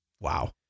wow